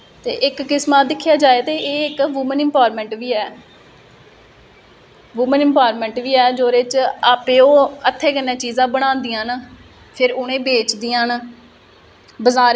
एह बी इक बड़ी बड्डी डिफीकल्टी ऐ हर इक आर्टिस्ट फेस करदा ऐ कि उसी जेहड़ी बी कोई चीज चाहिदी होवे अग्गे पिच्छोआं बी नेई मिले फिर ओह् नुआढ़े लेई बडी बड्डी बडे बड्डे चैलेंज होई जंदा ओहदे लेई